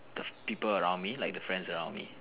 the people around me like the friends around me